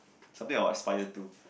something I'll aspire to